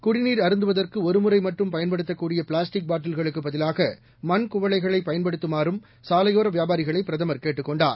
குடிநீர் அருந்துவதற்கு ஒருமுறை மட்டும் பயன்படுத்தக்கூடிய பிளாஸ்டிக் பாட்டில்களுக்குப் பதிலாக மண்குவளைகளை பயன்படுத்துமாறும் சாலையோர வியாபாரிகளை பிரதமர் கேட்டுக் கொண்டார்